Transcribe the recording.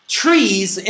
trees